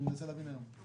אני מנסה להבין היום.